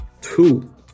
Two